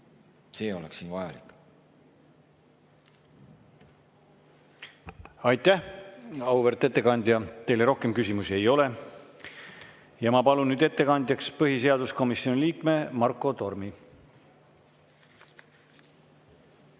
See oleks vajalik. Aitäh, auväärt ettekandja! Teile rohkem küsimusi ei ole. Ma palun nüüd ettekandjaks põhiseaduskomisjoni liikme Marko Tormi.